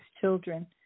children